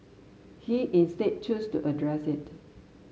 he instead chose to address it